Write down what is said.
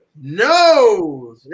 No